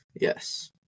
Yes